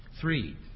Three